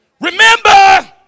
remember